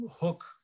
hook